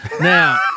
Now